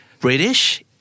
British